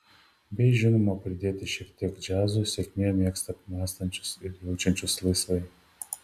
bei žinoma pridėti šiek tiek džiazo sėkmė mėgsta mąstančius ir jaučiančius laisvai